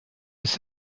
ist